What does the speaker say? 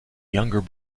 younger